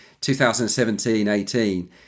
2017-18